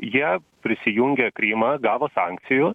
jie prisijungė krymą gavo sankcijų